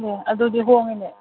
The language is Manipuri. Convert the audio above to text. ꯑꯣ ꯑꯗꯨꯗꯤ ꯍꯣꯡꯏꯅꯦ